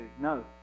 No